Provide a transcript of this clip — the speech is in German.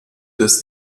des